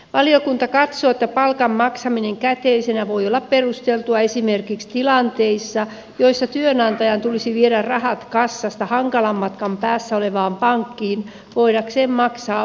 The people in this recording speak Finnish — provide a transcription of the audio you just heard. valiokunta katsoo että palkan maksaminen käteisenä voi olla perusteltua esimerkiksi tilanteissa joissa työnantajan tulisi viedä rahat kassasta hankalan matkan päässä olevaan pankkiin voidakseen maksaa palkat tilille